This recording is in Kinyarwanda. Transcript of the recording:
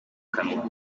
kanwa